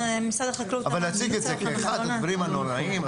אבל להציג את זה כאחד הדברים הנוראים,